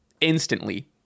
instantly